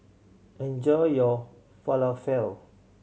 enjoy your Falafel